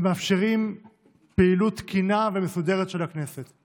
ומאפשרים פעילות תקינה ומסודרת של הכנסת.